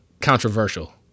controversial